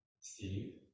Steve